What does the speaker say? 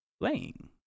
playing